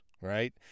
right